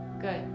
Good